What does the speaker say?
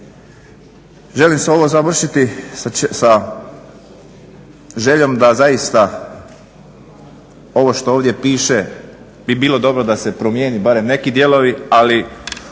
želim ovo završiti sa željom da zaista ovo što ovdje piše bi bilo dobro da se promijene barem neki dijelovi s